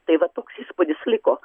tai va toks įspūdis liko